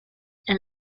and